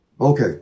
Okay